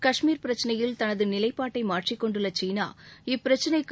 கஷ்மீர் பிரச்சினையில் தனது நிலைப்பாட்டை மாற்றிக் கொண்டுள்ள சீனா இப்பிரச்சினைக்கு